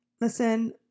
listen